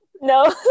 No